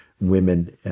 women